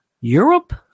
Europe